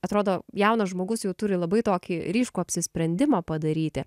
atrodo jaunas žmogus jau turi labai tokį ryškų apsisprendimą padaryti